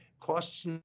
costs